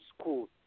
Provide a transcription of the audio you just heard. school